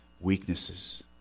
weaknesses